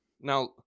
Now